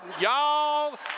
y'all